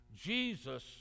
Jesus